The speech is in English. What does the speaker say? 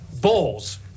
Balls